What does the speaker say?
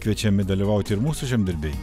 kviečiami dalyvauti ir mūsų žemdirbiai